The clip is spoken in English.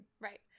right